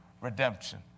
redemption